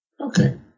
Okay